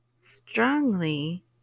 strongly